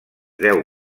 deu